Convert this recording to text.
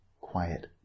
quiet